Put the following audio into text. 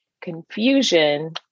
confusion